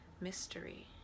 mystery